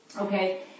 Okay